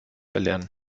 erlernen